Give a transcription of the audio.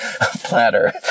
platter